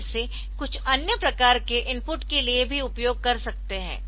आप इसे कुछ अन्य प्रकार के इनपुट के लिए भी उपयोग कर सकते है